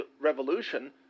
revolution